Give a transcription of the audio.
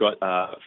got